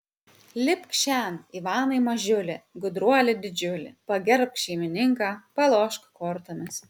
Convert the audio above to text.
lipk šen ivanai mažiuli gudruoli didžiuli pagerbk šeimininką palošk kortomis